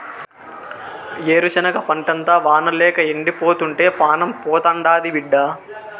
ఏరుశనగ పంటంతా వానల్లేక ఎండిపోతుంటే పానం పోతాండాది బిడ్డా